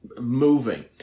moving